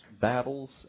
battles